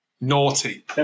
naughty